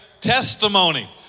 testimony